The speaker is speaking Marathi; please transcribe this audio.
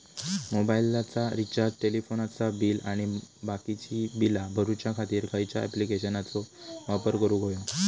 मोबाईलाचा रिचार्ज टेलिफोनाचा बिल आणि बाकीची बिला भरूच्या खातीर खयच्या ॲप्लिकेशनाचो वापर करूक होयो?